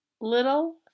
Little